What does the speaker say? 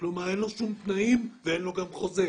כלומר אין לו שום תנאים ואין לו שום חוזה.